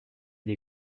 des